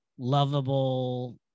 Lovable